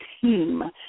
team